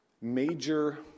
major